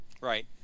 right